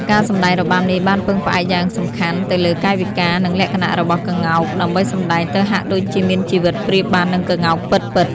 ការសម្តែងរបាំនេះបានពឹងផ្អែកយ៉ាងសំខាន់ទៅលើកាយវិការនិងលក្ខណៈរបស់កោ្ងក ដើម្បីសម្តែងទៅហាក់ដូចជាមានជីវិតប្រៀបបាននឹងកោ្ងកពិតៗ ។